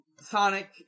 Sonic